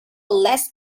less